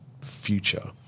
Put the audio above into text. future